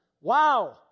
Wow